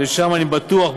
ושם אני בטוח,